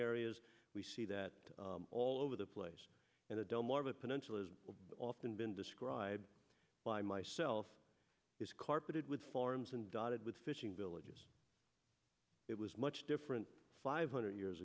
areas we see that all over the place and the delmarva peninsula has often been described by myself is carpeted with farms and dotted with fishing villages it was much different five hundred years